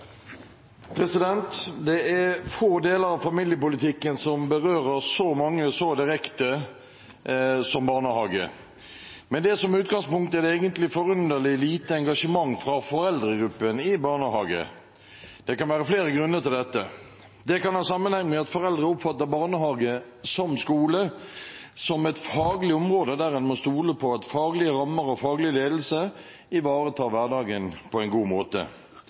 tidligere. Det er få deler av familiepolitikken som berører så mange så direkte som barnehageområdet. Med det som utgangspunkt er det egentlig forunderlig lite engasjement fra foreldregruppen i barnehagene. Det kan være flere grunner til dette. Det kan ha sammenheng med at foreldre oppfatter barnehage, som skole, som et faglig område der en må stole på at faglige rammer og faglig ledelse ivaretar hverdagen på en god måte.